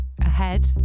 ahead